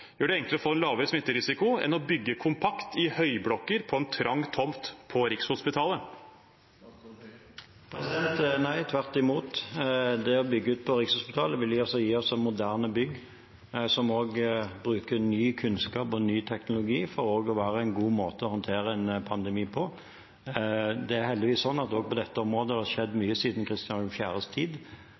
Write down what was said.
gjør det enklere å få lavere smitterisiko enn å bygge kompakt, i høyblokker, på en trang tomt på Rikshospitalet? Nei, tvert imot. Det å bygge ut på Rikshospitalet vil gi oss moderne bygg. Vi må også bruke ny kunnskap og ny teknologi for å få en god måte å håndtere en pandemi på. Det er heldigvis sånn at også på dette området har det skjedd mye siden Christian IVs tid.